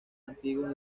antiguos